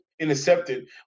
intercepted